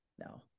no